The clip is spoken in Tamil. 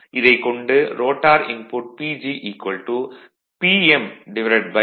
இதைக் கொண்டு ரோட்டார் இன்புட் PG Pm 16